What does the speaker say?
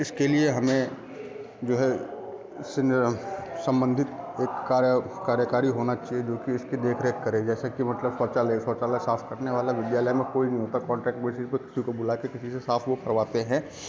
इसके लिए हमें जो है इससे सम्बंधित एक कार्य कार्यकारी होना चाहिए जो कि उसकी देख रेख करें जैसे कि मतलब शौचालय शौचालय साफ करने वाला विद्यालय में कोई नहीं होता कांटेक्ट बेसिस पर किसी को बुला कर किसी से साफ वह करवाते हैं